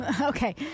okay